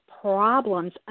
problems